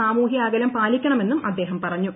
സാമൂഹ്യ അകലം പാലിക്കണമെന്നും അദ്ദേഹം പറഞ്ഞു